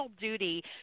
duty